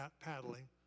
paddling